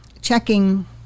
checking